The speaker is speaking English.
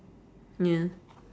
ya